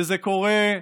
וזה קורה,